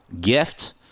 gift